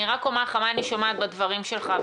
אני רק אומר לך מה אני שומעת בדברים שלך,